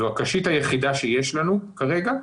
זו הקשית היחידה שיש לנו כרגע,